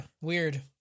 weird